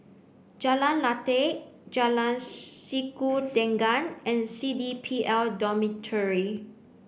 Jalan Lateh Jalan Sikudangan and C D P L Dormitory